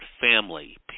family